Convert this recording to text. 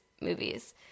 movies